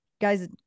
Guys